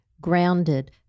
grounded